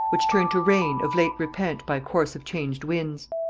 which turn to rain of late repent by course of changed winds.